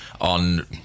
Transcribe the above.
on